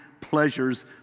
pleasures